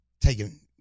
taking